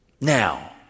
Now